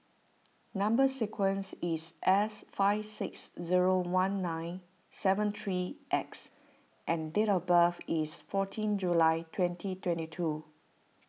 Number Sequence is S five six zero one nine seven three X and date of birth is fourteen July twenty twenty two